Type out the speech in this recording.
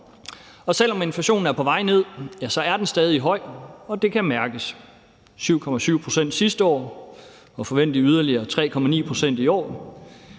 Og selv om inflationen er på vej ned, er den stadig høj, og det kan mærkes – 7,7 pct. sidste år og forventeligt yderligere 3,9 pct. i år.